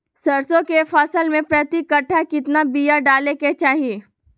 सरसों के फसल में प्रति कट्ठा कितना बिया डाले के चाही?